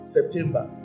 September